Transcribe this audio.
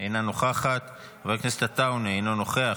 אינה נוכחת, חבר הכנסת עטאונה, אינו נוכח,